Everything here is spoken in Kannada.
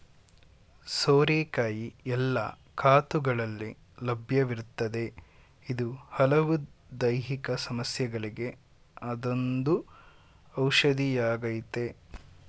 ಸೋರೆಕಾಯಿ ಎಲ್ಲ ಋತುಗಳಲ್ಲಿ ಲಭ್ಯವಿರ್ತದೆ ಇದು ಹಲವು ದೈಹಿಕ ಸಮಸ್ಯೆಗಳಿಗೆ ಅದೊಂದು ಔಷಧಿಯಾಗಯ್ತೆ